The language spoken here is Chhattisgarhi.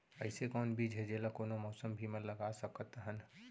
अइसे कौन बीज हे, जेला कोनो मौसम भी मा लगा सकत हन?